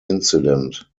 incident